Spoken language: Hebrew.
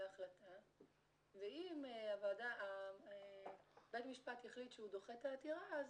ההחלטה ואם בית המשפט יחליט שהוא דוחה את העתירה,